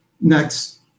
next